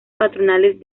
patronales